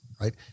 right